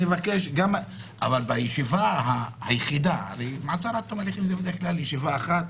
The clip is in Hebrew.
אבל בישיבה היחידה מעצר עד תום ההליכים זה בדרך כלל ישיבה אחת.